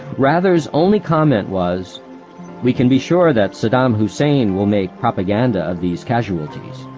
rather's only comment was we can be sure that saddam hussein will make propaganda of these casualties.